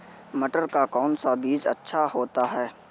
मटर का कौन सा बीज अच्छा होता हैं?